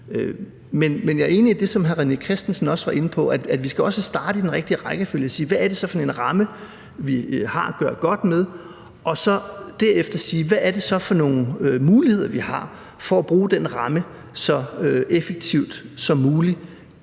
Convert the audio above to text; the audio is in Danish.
Men jeg er enig i det, som hr. René Christensen også var inde på, om, at vi også skal starte i den rigtige rækkefølge og sige: Hvad er det så for en ramme, vi har at gøre godt med? Og derefter kan vi sige: Hvad er det så for nogle muligheder, vi har for at bruge den ramme så effektivt som muligt